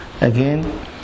Again